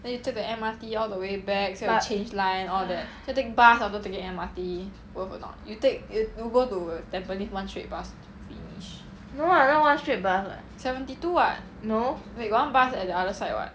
then you take the M_R_T all the way back still have to change line all that you take bus after taking M_R_T worth a not you take you you go to tampines [one] straight bus only finish seventy two [what] wait got one bus at the other side [what]